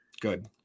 good